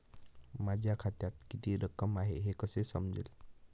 माझ्या खात्यात किती रक्कम आहे हे कसे समजेल?